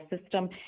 system